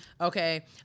Okay